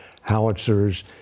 howitzers